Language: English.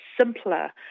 simpler